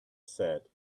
said